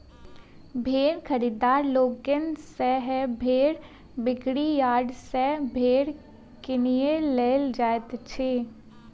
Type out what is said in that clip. भेंड़ खरीददार लोकनि सेहो भेंड़ बिक्री यार्ड सॅ भेंड़ किनय लेल जाइत छथि